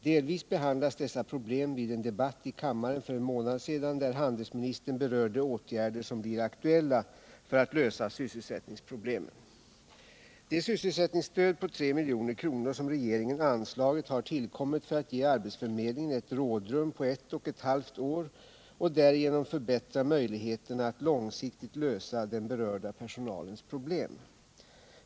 Delvis behandlades dessa problem vid en debatt i kammaren för en månad sedan där handelsministern berörde åtgärder som blir aktuella för att lösa sysselsättningsproblemen. Det sysselsättningsstöd på 3 milj.kr. som regeringen anslagit har tillkommit för att ge arbetsförmedlingen ett rådrum på ett och ett halvt år och därigenom förbättra möjligheterna att långsiktigt lösa den berörda personalens problem.